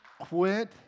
Quit